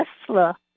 Tesla